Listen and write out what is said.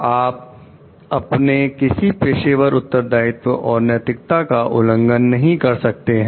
आप अपने किसी भी पेशेवर उत्तरदायित्व और नैतिकता का उल्लंघन नहीं कर सकते हैं